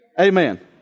Amen